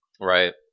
Right